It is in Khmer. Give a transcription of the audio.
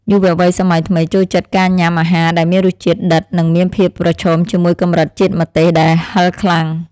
យុវវ័យសម័យថ្មីចូលចិត្តការញ៉ាំអាហារដែលមានរសជាតិដិតនិងមានភាពប្រឈមជាមួយកម្រិតជាតិម្ទេសដែលហឹរខ្លាំង។